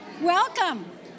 Welcome